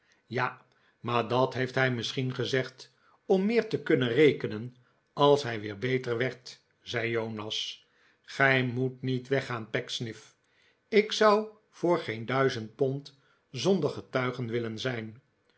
ja maar dat heeft hij misschien gezegd om meer te kunnen rekenen als hij weer beter werd zei jonas gij moet niet weggaan pecksniff ik zou voor geen duizend pond zonder getuigen willen zijn